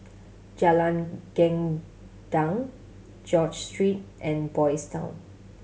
Jalan Gendang George Street and Boys' Town